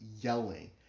yelling